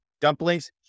dumplings